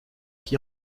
qui